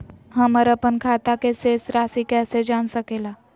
हमर अपन खाता के शेष रासि कैसे जान सके ला?